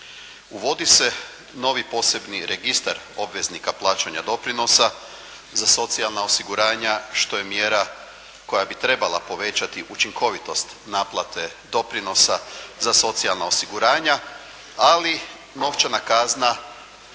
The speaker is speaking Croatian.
Uvodi se novi posebni registar obveznika plaćanja doprinosa za socijalna osiguranja, što je mjera koja bi trebala povećati učinkovitost naplate doprinosa za socijalna osiguranja, ali novčana kazna